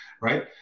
right